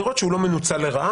לראות שהוא לא מנוצל לרעה.